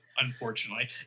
unfortunately